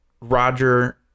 Roger